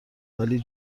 ولی